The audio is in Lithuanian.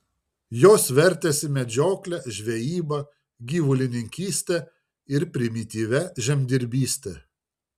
jos vertėsi medžiokle žvejyba gyvulininkyste ir primityvia žemdirbyste